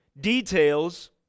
details